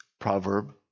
proverb